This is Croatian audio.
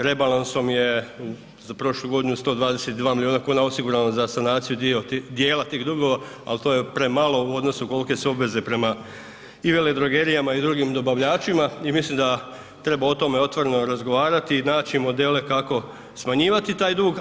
Rebalansom je za prošlu godinu 122 milijuna kuna osigurano za sanaciju dijela tih dugova, ali to je premalo u odnosu kolike su obveze prema i veledrogerijama i drugim dobavljačima i mislim da treba o tome otvoreno razgovarati i naći modele kako smanjivati taj dug.